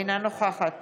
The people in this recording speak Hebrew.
אינה נוכחת